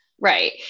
Right